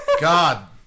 God